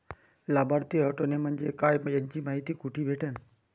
लाभार्थी हटोने म्हंजे काय याची मायती कुठी भेटन?